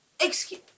Excuse